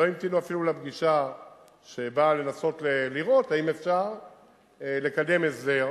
לא המתינו אפילו לפגישה שבאה לנסות לראות אם אפשר לקדם הסדר,